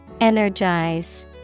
Energize